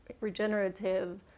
regenerative